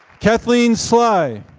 kathleen sly.